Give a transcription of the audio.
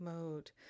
mode